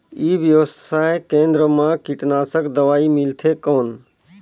ई व्यवसाय केंद्र मा कीटनाशक दवाई मिलथे कौन?